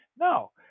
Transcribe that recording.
No